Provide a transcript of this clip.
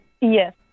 Yes